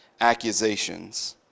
accusations